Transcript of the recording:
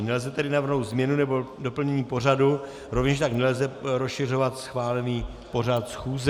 Nelze tedy navrhnout změnu nebo doplnění pořadu, rovněž tak nelze rozšiřovat schválený pořad schůze.